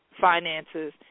finances